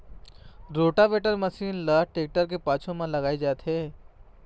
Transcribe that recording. rotavator machine ल tractor के पाछू म लगाए जाथे